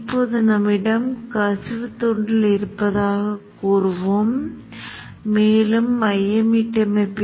இரண்டு நிலை மாறிகள் இருப்பதை நீங்கள் பார்க்கலாம் உள்ளீடுகள் மற்றும் நிலை மாறிகள் வரையறுக்கப்பட்ட அமைப்பு